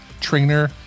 trainer